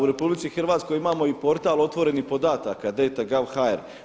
U RH imamo i portal otvorenih podataka dana.gov.hr.